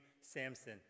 Samson